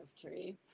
tree